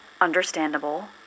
understandable